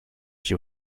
qui